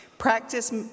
Practice